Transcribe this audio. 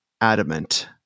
adamant